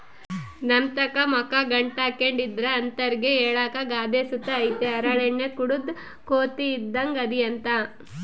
ನಮ್ತಾಕ ಮಕ ಗಂಟಾಕ್ಕೆಂಡಿದ್ರ ಅಂತರ್ಗೆ ಹೇಳಾಕ ಗಾದೆ ಸುತ ಐತೆ ಹರಳೆಣ್ಣೆ ಕುಡುದ್ ಕೋತಿ ಇದ್ದಂಗ್ ಅದಿಯಂತ